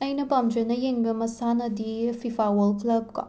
ꯑꯩꯅ ꯄꯥꯝꯖꯅ ꯌꯦꯡꯕ ꯃꯁꯥꯟꯅꯗꯤ ꯐꯤꯐꯥ ꯋꯥꯔꯜ ꯀ꯭ꯂꯞꯀꯣ